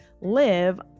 live